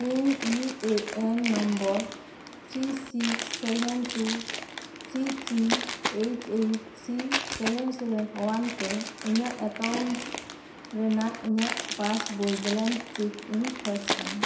ᱤᱧ U A N number three six seven two three three eight eight three seven seven one ᱛᱮ ᱤᱧᱟᱜ account ᱨᱮᱭᱟᱜ ᱤᱧᱟᱜ passbook balance check ᱤᱧ ᱠᱷᱚᱡᱽ ᱠᱟᱱᱟ